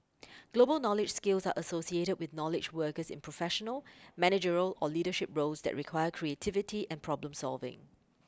global knowledge skills are associated with knowledge workers in professional managerial or leadership roles that require creativity and problem solving